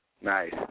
Nice